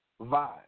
vibe